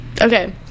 okay